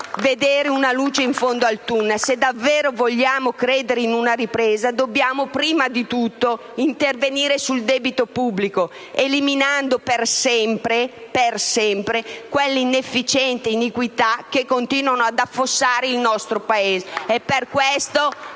vedere una luce in fondo al tunnel, se davvero vogliamo credere in una ripresa, dobbiamo prima di tutto intervenire sul debito pubblico, eliminando per sempre quelle inefficienze e iniquità che continuano ad affossare il nostro Paese.